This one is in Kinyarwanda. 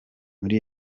muri